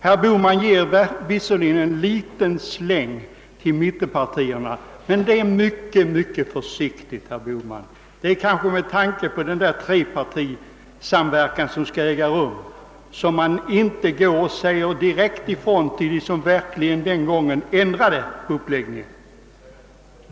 Herr Bohman ger visserligen i ärendet en liten släng också åt mittenpartierna, men den är mycket försiktigt hållen, kanske det med tanke på den trepartisamverkan som man hoppas skall kunna äga rum senare. Man vill inte säga direkt ifrån till dessa partier som verkligen den gången ändrade hela uppläggningen.